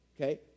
Okay